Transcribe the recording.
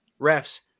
refs